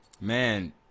Man